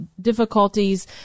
difficulties